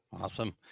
Awesome